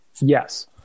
Yes